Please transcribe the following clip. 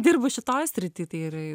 dirbu šitoj srityj tai ir i